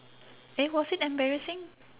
eh was it embarrassing